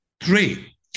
three